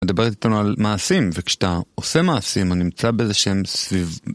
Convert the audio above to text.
מדברת איתנו על מעשים, וכשאתה עושה מעשים ונמצא באיזה שהם סביב...